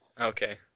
Okay